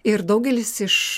ir daugelis iš